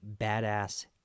badass